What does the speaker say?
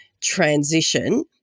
transition